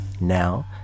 Now